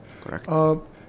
Correct